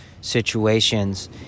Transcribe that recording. situations